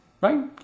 right